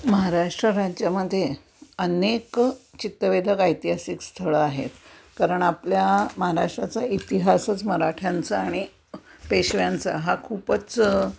महाराष्ट्र राज्यामध्ये अनेक चित्तवेधक ऐतिहासिक स्थळं आहेत कारण आपल्या महाराष्ट्राचा इतिहासच मराठ्यांचा आणि पेशव्यांचा हा खूपच